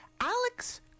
Alex